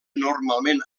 normalment